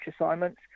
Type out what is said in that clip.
assignments